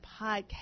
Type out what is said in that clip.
podcast